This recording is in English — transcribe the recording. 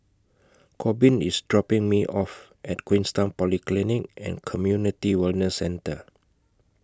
Korbin IS dropping Me off At Queenstown Polyclinic and Community Wellness Centre